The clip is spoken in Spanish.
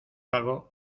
algo